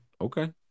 okay